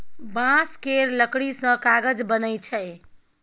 बांस केर लकड़ी सँ कागज बनइ छै